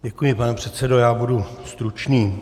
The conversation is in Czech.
Děkuji, pane předsedo, já budu stručný.